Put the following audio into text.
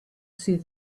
see